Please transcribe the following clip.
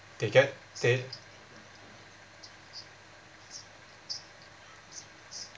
they get they